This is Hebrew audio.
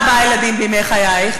ארבעה ילדים בימי חייך,